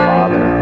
Father